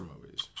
movies